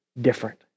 different